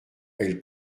elle